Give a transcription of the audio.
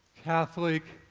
catholic,